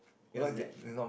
what's that